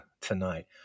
tonight